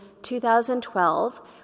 2012